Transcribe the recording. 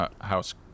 house